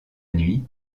nuit